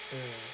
mm